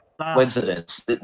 coincidence